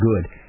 good